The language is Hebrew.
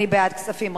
אני בעד כספים,